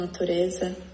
nature